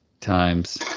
times